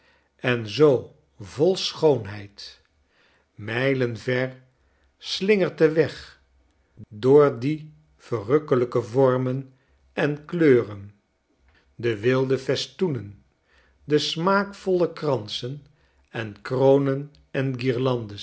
en zoo vol schoonheid mijlen ver slingert de weg door die verrukkelijke vormen enkleuren de wilde festoenen de smaakvolle kransen en kronen en